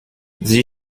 sie